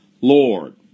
Lord